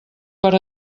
per